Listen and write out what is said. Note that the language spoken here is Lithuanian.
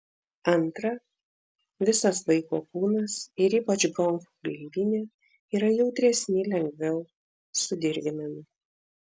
antra visas vaiko kūnas ir ypač bronchų gleivinė yra jautresni lengviau sudirginami